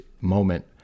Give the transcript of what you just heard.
moment